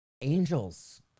angels